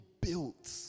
built